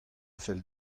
fell